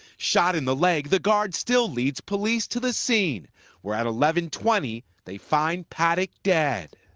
shot in the leg, the guard still leads police to the scene where at eleven twenty they find paddock dead.